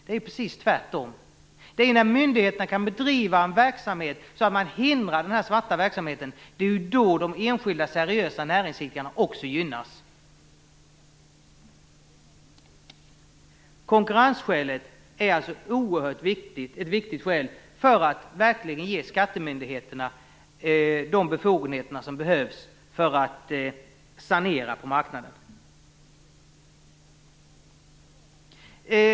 Det är ju precis tvärtom! Det är när myndigheter kan bedriva en verksamhet så att den svarta verksamheten förhindras som de enskilda seriösa näringsidkarna gynnas. Konkurrensskälet är alltså ett oerhört viktigt skäl för att ge skattemyndigheterna de befogenheter som de behöver för att sanera på marknaden.